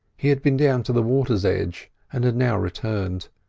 he had been down to the water's edge and had now returned.